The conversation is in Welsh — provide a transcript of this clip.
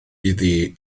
iddi